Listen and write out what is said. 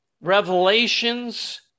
revelations